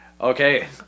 Okay